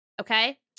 okay